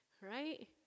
Right